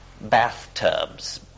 bathtubs